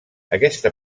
aquesta